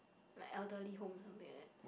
like elderly home or something like that